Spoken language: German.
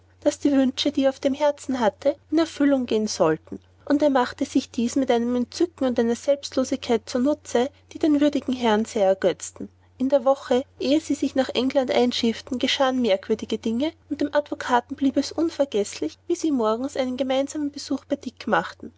daß die wünsche die er auf dem herzen hatte in erfüllung gehen sollten und er machte sich dies mit einem entzücken und einer selbstlosigkeit zu nutze die den würdigen herrn sehr ergötzten in der woche ehe sie sich nach england einschifften geschahen merkwürdige dinge und dem advokaten blieb es unvergeßlich wie sie morgens einen gemeinsamen besuch bei dick machten